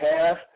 half